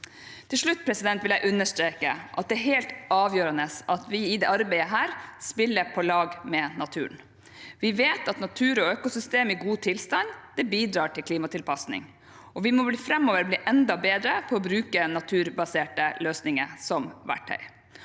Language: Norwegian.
Til slutt vil jeg understreke at det er helt avgjørende at vi i dette arbeidet spiller på lag med naturen. Vi vet at natur og økosystem i god tilstand bidrar til klimatilpasning, og vi må framover bli enda bedre på å bruke naturbaserte løsninger som verktøy.